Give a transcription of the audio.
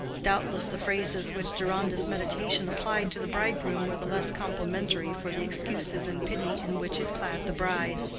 doubtless the phrases which deronda's meditation applied to the bridegroom were the less complimentary for the excuses and pity in which it clad the bride.